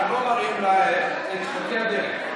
אנחנו לא מראים את חצי הדרך.